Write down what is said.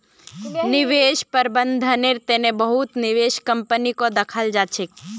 निवेश प्रबन्धनेर तने बहुत निवेश कम्पनीको दखाल जा छेक